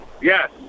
Yes